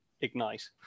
ignite